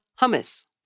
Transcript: Hummus